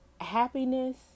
happiness